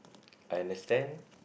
I understand